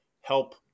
help